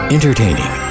Entertaining